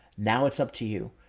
now it's up to you.